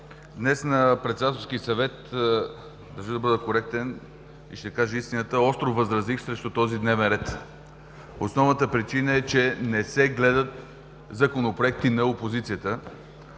Днес на Председателския съвет, за да бъда коректен, ще кажа истината, остро възразих срещу този дневен ред. Основната причина е, че не се гледат законопроекти на опозицията.